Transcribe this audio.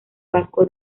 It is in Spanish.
vasco